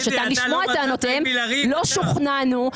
לשמוע את טענותיהם ולא שוכנענו.